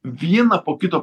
viena po kito